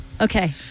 Okay